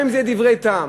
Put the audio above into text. גם אם אלה דברי טעם,